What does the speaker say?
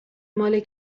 مال